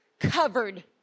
covered